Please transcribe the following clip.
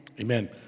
Amen